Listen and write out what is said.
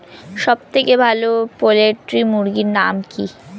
সবথেকে ভালো পোল্ট্রি মুরগির নাম কি?